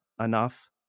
enough